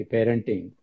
Parenting